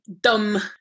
dumb